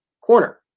corner